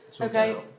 Okay